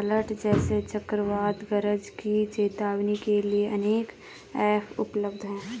alert जैसे चक्रवात गरज की चेतावनी के लिए अनेक ऐप उपलब्ध है